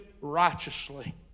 righteously